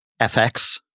FX